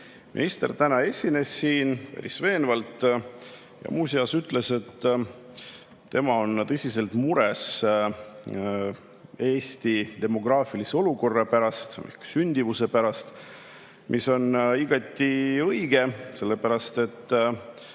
Minister täna esines siin päris veenvalt ja muuseas ütles, et tema on tõsiselt mures Eesti demograafilise olukorra pärast, sündimuse pärast. See on igati õige, sellepärast et